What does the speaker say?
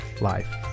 life